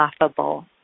laughable